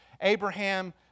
Abraham